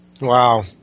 Wow